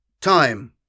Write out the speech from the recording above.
Time